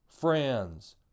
friends